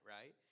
right